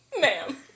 ma'am